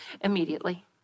immediately